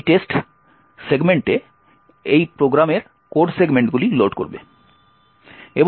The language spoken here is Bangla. OS এই টেক্সট সেগমেন্টে এই প্রোগ্রামের কোড সেগমেন্টগুলি লোড করবে